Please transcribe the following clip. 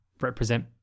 represent